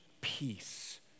peace